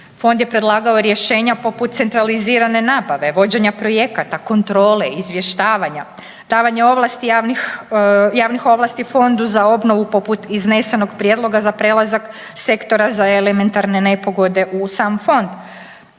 Fond je predlagao rješenja poput centralizirane nabave, vođenja projekata, kontrole, izvještavanja, davanja ovlasti javnih, javnih ovlasti fondu za obnovu poput iznesenog prijedloga za prelazak sektora za elementarne nepogode u sam fond.